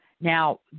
Now